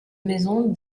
maison